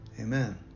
Amen